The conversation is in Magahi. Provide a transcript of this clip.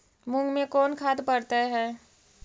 मुंग मे कोन खाद पड़तै है?